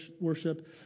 worship